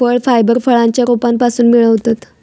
फळ फायबर फळांच्या रोपांपासून मिळवतत